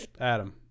Adam